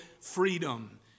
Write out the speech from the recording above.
freedom